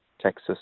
Texas